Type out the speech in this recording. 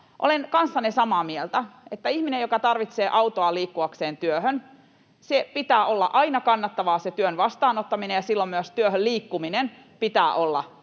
Olen kanssanne samaa mieltä, että ihmiselle, joka tarvitsee autoa liikkuakseen työhön, työn vastaanottamisen pitää olla aina kannattavaa ja silloin myös työhön liikkumisen pitää olla